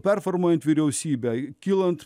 performuojant vyriausybę kylant